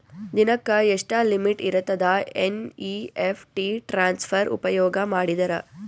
ದಿನಕ್ಕ ಎಷ್ಟ ಲಿಮಿಟ್ ಇರತದ ಎನ್.ಇ.ಎಫ್.ಟಿ ಟ್ರಾನ್ಸಫರ್ ಉಪಯೋಗ ಮಾಡಿದರ?